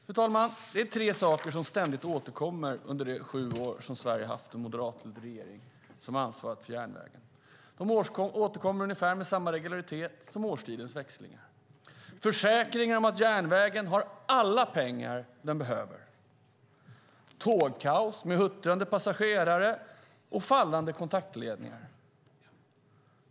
Fru talman! Tre saker har ständigt återkommit under de sju år som Sverige haft en moderatledd regering som ansvarat för järnvägen. De återkommer med ungefär samma regularitet som årstidernas växlingar: försäkranden om att järnvägen har alla pengar som den behöver, tågkaos med huttrande passagerare och fallande kontaktledningar.